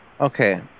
Okay